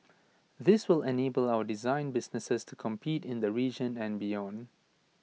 this will enable our design businesses to compete in the region and beyond